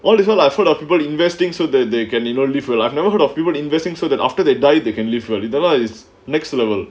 well that's what I've heard of people investing so that they can you know different I've never heard of people investing so that after they die they can literally the is next level